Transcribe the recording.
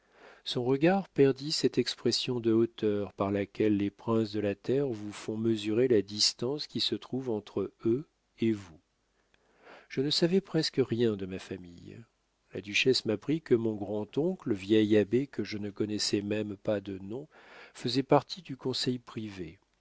son regard perdit cette expression de hauteur par laquelle les princes de la terre vous font mesurer la distance qui se trouve entre eux et vous je ne savais presque rien de ma famille la duchesse m'apprit que mon grand-oncle vieil abbé que je ne connaissais même pas de nom faisait partie du conseil privé